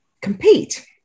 compete